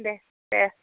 दे दे